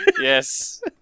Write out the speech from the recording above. Yes